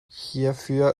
hierfür